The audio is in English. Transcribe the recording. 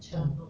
mm